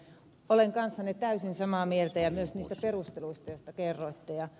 olen kanssanne täysin samaa mieltä ja myös niistä perusteluista joista kerroitte